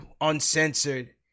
uncensored